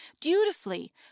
dutifully